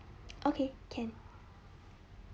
okay can